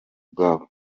ubwabo